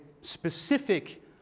specific